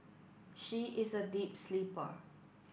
she is a deep sleeper